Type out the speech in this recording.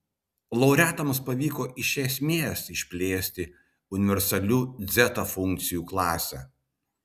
laureatams pavyko iš esmės išplėsti universalių dzeta funkcijų klasę